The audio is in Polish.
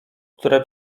które